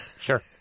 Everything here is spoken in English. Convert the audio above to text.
sure